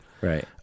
right